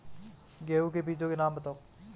गेहूँ के बीजों के नाम बताओ?